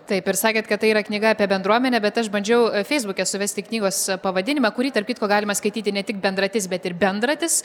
taip ir sakėt kad tai yra knyga apie bendruomenę bet aš bandžiau feisbuke suvesti knygos pavadinimą kurį tarp kitko galima skaityti ne tik bendratis bet ir bendratis